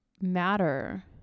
matter